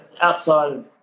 outside